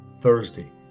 Thursday